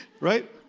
Right